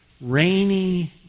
rainy